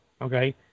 okay